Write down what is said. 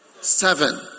seven